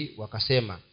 wakasema